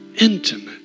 intimate